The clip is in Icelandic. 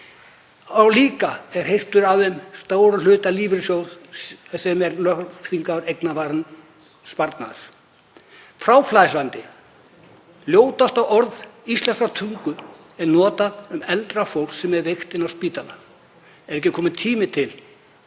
einnig er hirtur af þeim stór hluti lífeyrissjóðs sem er lögþvingaður, eignavarinn sparnaðar. Fráflæðisvandi, ljótasta orð íslenskrar tungu, er notað um eldra fólk sem er veikt inn á spítala. Er ekki kominn tími til